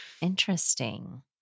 Interesting